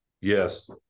Yes